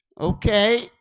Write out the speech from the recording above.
Okay